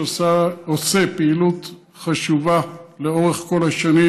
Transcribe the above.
שעושה פעילות חשובה לאורך כל השנים,